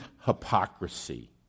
hypocrisy